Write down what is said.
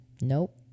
nope